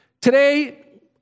Today